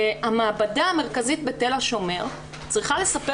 המעבדה המרכזית בתל השומר צריכה לספר